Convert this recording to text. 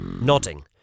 Nodding